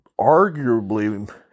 arguably